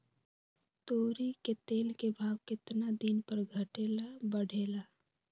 तोरी के तेल के भाव केतना दिन पर घटे ला बढ़े ला?